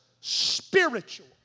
spiritual